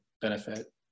benefit